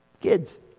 Kids